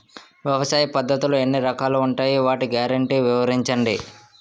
వ్యవసాయ పద్ధతులు ఎన్ని రకాలు ఉంటాయి? వాటి గ్యారంటీ వివరించండి?